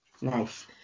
nice